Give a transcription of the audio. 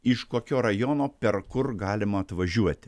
iš kokio rajono per kur galima atvažiuoti